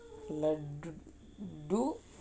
err